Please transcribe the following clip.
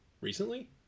recently